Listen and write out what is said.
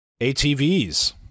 ATVs